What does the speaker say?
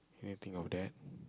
didn't think of that